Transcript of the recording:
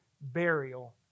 burial